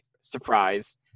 surprise